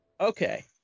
Okay